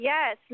Yes